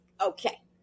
Okay